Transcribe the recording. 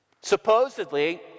supposedly